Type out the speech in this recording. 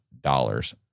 dollars